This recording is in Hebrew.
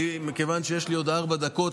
מכיוון שיש לי עוד ארבע דקות,